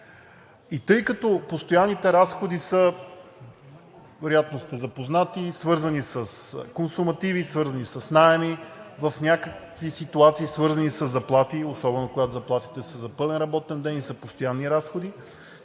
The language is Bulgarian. Тъй като постоянните разходи са – вероятно, сте запознати, свързани с консумативи, свързани с наеми в някакви ситуации, свързани със заплати особено, когато заплатите са за пълен работен ден и са постоянни разходи.